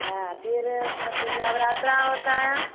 हाँ फिर और फिर नवरात्रा होता है